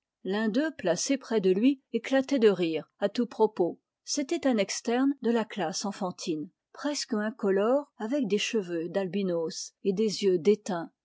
l'un d'eux placé près de lui éclatait de rire à tout propos c'était un externe de la classe enfantine presque incolore avec des cheveux d'albinos et des yeux